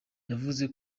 yavuze